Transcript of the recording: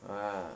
ah